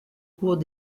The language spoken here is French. cours